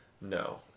No